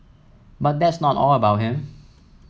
but that's not all about him